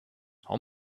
how